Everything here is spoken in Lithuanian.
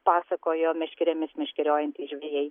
pasakojo meškerėmis meškeriojantys žvejai